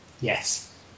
Yes